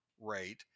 rate